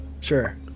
sure